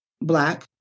black